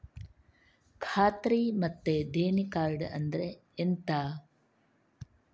ಖಾತ್ರಿ ಮತ್ತೆ ದೇಣಿ ಕಾರ್ಡ್ ಅಂದ್ರೆ ಎಂತ?